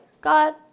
God